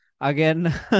again